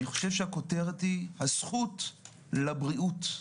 אני חושב שהכותרת היא הזכות לבריאות.